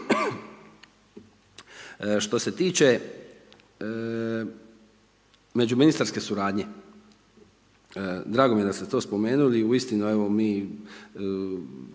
Što se tiče međuministarske suradnje. Drago mi je da ste to spomenuli. Uistinu mi